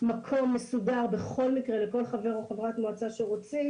מקום מסודר בכל מקרה לכל חבר או חברת מועצה שרוצים